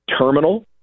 terminal